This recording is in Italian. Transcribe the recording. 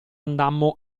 andammo